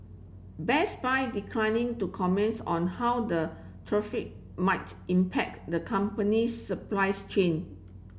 Best Buy declining to comments on how the tariff might impact the company's supply's chain